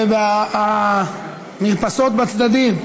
והמרפסות בצדדים,